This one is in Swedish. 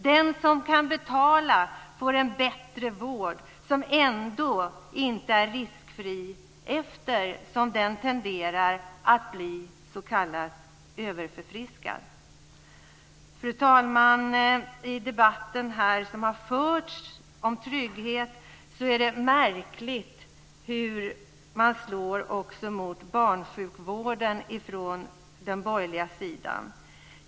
Den som kan betala får en bättre vård som ändå inte är riskfri eftersom den tenderar att bli "överförfriskad". Fru talman! I debatten om trygghet som har förts här är det märkligt hur man slår också mot barnsjukvården från den borgerliga sidan.